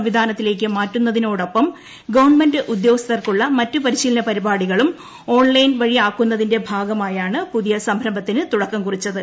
സംവിധാനത്തിലേക്ക് മാറുന്നതിനോടൊപ്പം ഗവൺമെൻ ഉദ്യോഗസ്ഥർക്കുള്ള മറ്റ് പരിശീലന പരിപാടികളും ഓൺലൈൻ വഴിയാക്കുന്നതിന്റെ ഭാഗമായാണ് പുതിയ സംരംഭത്തിന് തുടക്കം കുറിച്ചത്